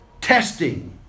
testing